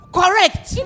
correct